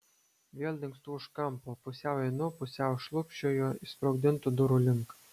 vėl dingstu už kampo pusiau einu pusiau šlubčioju išsprogdintų durų link